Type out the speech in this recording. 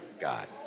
God